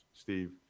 Steve